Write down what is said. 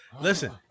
Listen